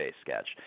sketch